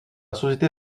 société